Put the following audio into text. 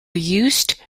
used